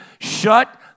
Shut